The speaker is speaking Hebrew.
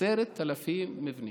10,000 מבנים.